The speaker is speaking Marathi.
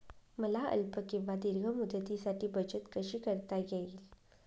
मला अल्प किंवा दीर्घ मुदतीसाठी बचत कशी करता येईल?